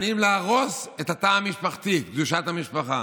היום נאלצתי לפנות פעם נוספת לבית המשפט העליון